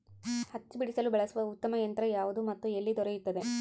ಹತ್ತಿ ಬಿಡಿಸಲು ಬಳಸುವ ಉತ್ತಮ ಯಂತ್ರ ಯಾವುದು ಮತ್ತು ಎಲ್ಲಿ ದೊರೆಯುತ್ತದೆ?